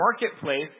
marketplace